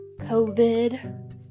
COVID